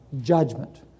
judgment